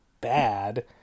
bad